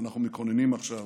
ואנחנו מכוננים עכשיו